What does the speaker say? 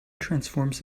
transforms